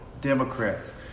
Democrats